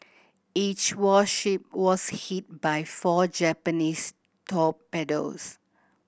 each warship was hit by four Japanese torpedoes